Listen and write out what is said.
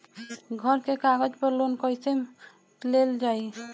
घर के कागज पर लोन कईसे लेल जाई?